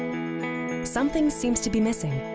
something seems to be missing.